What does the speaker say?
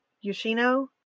Yoshino